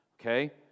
Okay